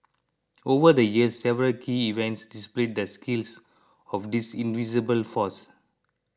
over the years several key events displayed the skills of this invisible force